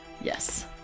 Yes